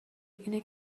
اینه